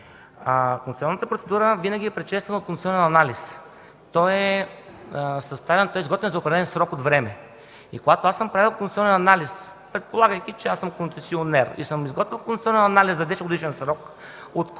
Концесионната процедура винаги е предшествана от концесионен анализ. Той е съставен, изготвен за определен срок от време. Когато аз съм правил концесионен анализ, предполагайки, че съм концесионер, изготвил съм концесионен анализ за 10 годишен срок,